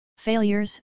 Failures